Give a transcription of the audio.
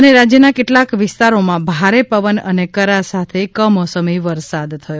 ઃ રાજ્યનાં કેટલાંક વિસ્તારોમાં ભારે પવન અને કરા સાથે કમોસમી વરસાદ થયો